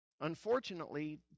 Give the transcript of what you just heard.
Unfortunately